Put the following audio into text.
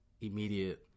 immediate